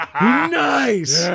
nice